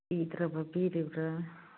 ꯂꯩꯇ꯭ꯔꯕ ꯄꯤꯔꯤꯕ꯭ꯔꯥ